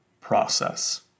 process